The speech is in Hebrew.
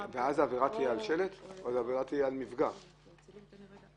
העבירה תהיה על השלט או על מפגע של רעש?